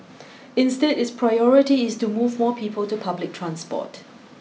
instead its priority is to move more people to public transport